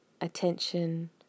attention